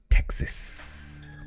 Texas